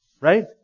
right